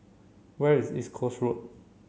where is East Coast Road